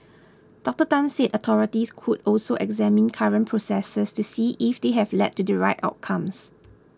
Doctor Tan said authorities could also examine current processes to see if they have led to the right outcomes